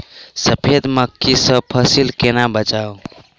सफेद मक्खी सँ फसल केना बचाऊ?